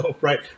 Right